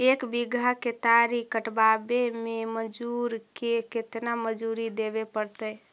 एक बिघा केतारी कटबाबे में मजुर के केतना मजुरि देबे पड़तै?